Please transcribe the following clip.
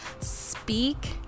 Speak